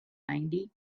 ninety